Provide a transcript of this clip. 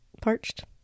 Parched